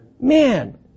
Man